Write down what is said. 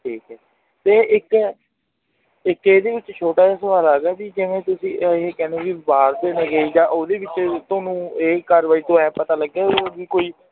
ਠੀਕ ਹੈ ਅਤੇ ਇੱਕ ਇੱਕ ਇਹਦੇ ਵਿੱਚ ਛੋਟਾ ਜਿਹਾ ਸਵਾਲ ਆ ਗਿਆ ਵੀ ਜਿਵੇਂ ਤੁਸੀਂ ਇਹ ਕਹਿੰਦੇ ਵੀ ਬਾਹਰ ਦੇ ਨੇਗੇ ਜਾ ਉਹਦੇ ਕਿਤੇ ਤੁਹਾਨੂੰ ਇਹ ਕਾਰਵਾਈ ਤੋਂ ਇਹ ਪਤਾ ਲੱਗੇ ਵੀ ਉਹਦੀ ਕੋਈ